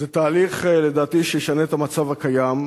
זה לדעתי תהליך שישנה את המצב הקיים,